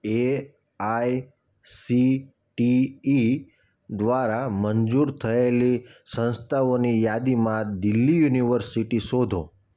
AICTE દ્વારા મંજૂર થયેલી સંસ્થાઓની યાદીમાં દિલ્હી યુનિવર્સિટી શોધો